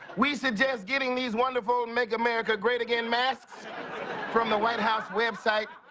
we suggest getting these wonderful make america great again masks from the white house website.